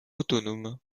autonome